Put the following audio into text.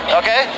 okay